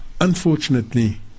unfortunately